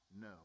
no